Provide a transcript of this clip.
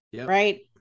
right